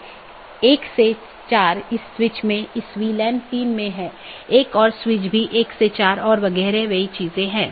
metric पर कोई सार्वभौमिक सहमति नहीं है जिसका उपयोग बाहरी पथ का मूल्यांकन करने के लिए किया जा सकता है